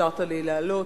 שאפשרת לי לעלות,